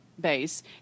base